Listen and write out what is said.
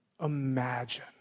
imagine